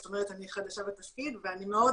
זאת אומרת אני חדשה בתפקיד ואני מאוד